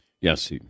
Yes